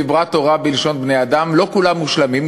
דיברה תורה בלשון בני-אדם: לא כולם מושלמים,